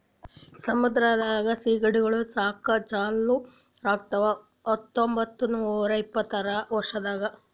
ಸಮುದ್ರದ ಸೀಗಡಿಗೊಳ್ ಸಾಕದ್ ಚಾಲೂ ಆಗಿದ್ದು ಹತೊಂಬತ್ತ ನೂರಾ ಇಪ್ಪತ್ತರ ವರ್ಷದಾಗ್